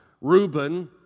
Reuben